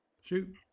Shoot